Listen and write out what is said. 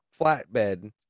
flatbed